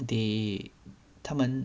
they 他们